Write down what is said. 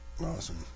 Awesome